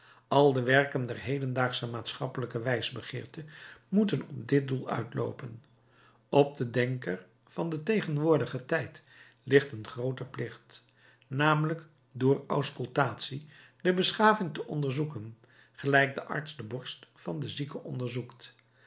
al de werken der hedendaagsche maatschappelijke wijsbegeerte moeten op dit doel uitloopen op den denker van den tegenwoordigen tijd ligt een groote plicht namelijk door auscultatie de beschaving te onderzoeken gelijk de arts de borst van den zieke onderzoekt